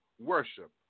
worship